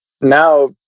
now